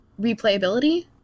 replayability